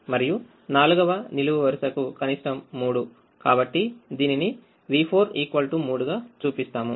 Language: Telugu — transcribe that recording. మరియునాలుగవ నిలువువరుసకుకనిష్టం 3కాబట్టిదీనిని v43 గా చూపిస్తాము